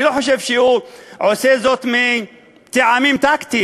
אני לא חושב שהוא עושה זאת מטעמים טקטיים,